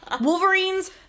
Wolverines